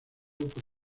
por